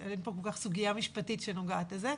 אין כאן כל כך סוגיה משפטית שנוגעת לזה.